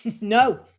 No